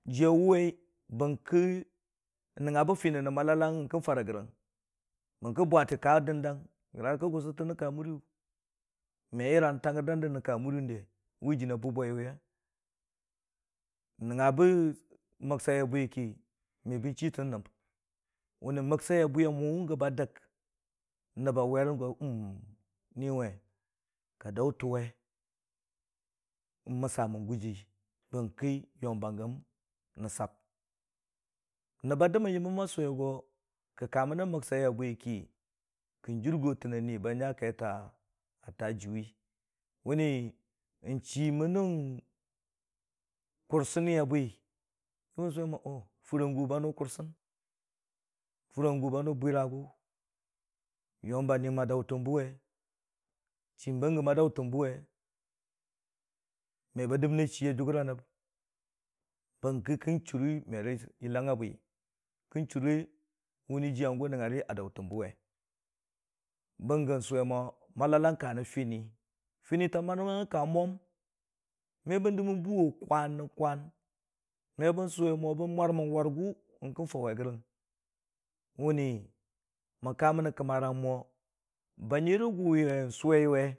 jiya wuwai bərki nəngngə bə fini nən mələləng yang ka fərə rə gəng, bərki bwatə ka dəndəng nyang ka gusətə nən ka muriyu me yarə nən təngrə dəndə nən ka muriyang de, wu jinii a bu, bwaiyang de n'nəngngə bə məbsəi a bwi ki me bən chii tən nəb. mənni məbsəi a bwiya mo gə bə dəg nəb bə war go ni we ka dəutə we n'məsəmən guji bərki yom bə gəm rə səp nəb bə dəmmən yamməm a suwe go ka ka mən məbsəi ə bwiki ka jurgotən ə ni bə nya kaitə jəə jii yurwe. mənni n'chii mənən kursən ə bwi bən suwe mo oh furi ə gu bə nu kursən, furi a yu bə nu bwirəgu, yom bə niyam bə dəutən buwe, chiibə gəm ə dəutən bə we, me bə dəmmən ə chii ə yuggər ə nəb bərka kan chuurə me rə yilləng a bwi, ka chuure wu ni ji həngu nəngngə rə ə dəutən bə we. Bəng gə suwe mo mələləng ka rə fini fini tə mələləngngi ka mwam me bən dəmmən nibuwu kwan nən kwan, me bən suwe mo bən mwarmən warigu yang ka suwe gərəng wuni mən ka mənnən kamərəng mo bənyi rəgu wun suwe bə.